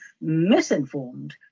misinformed